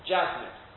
Jasmine